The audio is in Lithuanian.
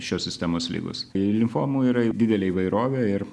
šios sistemos ligos limfomų yra didelė įvairovė ir